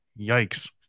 yikes